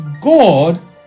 God